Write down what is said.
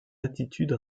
attitude